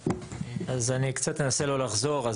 אני קצת אנסה לא לחזור.